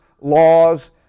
laws